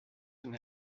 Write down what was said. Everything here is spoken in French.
une